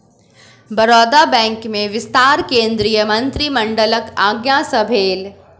Baroda bank में विस्तार केंद्रीय मंत्रिमंडलक आज्ञा सँ भेल